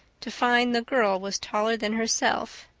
to find the girl was taller than herself.